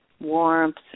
warmth